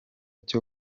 cyo